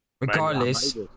Regardless